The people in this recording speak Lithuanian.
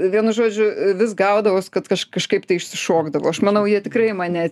vienu žodžiu vis gaudavos kad kaž kažkaip tai išsišokdavau aš manau jie tikrai mane